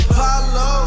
Apollo